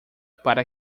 para